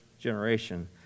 generation